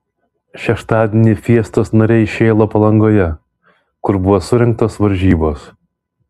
šeštadienį fiestos nariai šėlo palangoje kur buvo surengtos varžybos